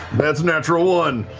that's a natural one.